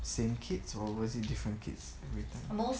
same kids or was it different kids everytime